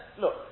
look